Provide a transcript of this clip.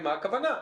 מה הכוונה?